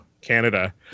Canada